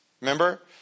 Remember